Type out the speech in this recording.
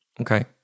Okay